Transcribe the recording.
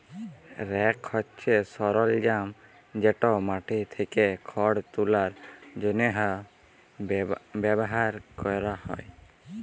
rake হছে সরলজাম যেট মাটি থ্যাকে খড় তুলার জ্যনহে ব্যাভার ক্যরা হ্যয়